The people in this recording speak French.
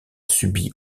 subi